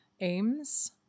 aims